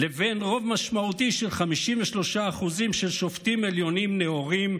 לבין רוב משמעותי של 53% של שופטים עליונים נאורים,